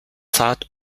zart